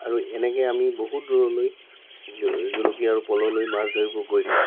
আৰু এনেকৈ আমি বহুত দূৰলৈ জু জুলুকি আৰু পল'লৈ মাছ ধৰিব গৈছোঁ